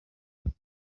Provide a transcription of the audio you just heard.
kuri